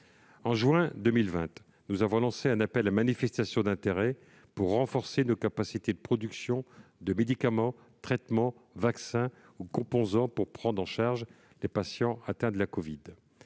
En juin 2020, nous avons lancé un appel à manifestation d'intérêt pour renforcer nos capacités de production de médicaments, de traitements, de vaccins ou de composants utiles dans la prise en charge des patients atteints de la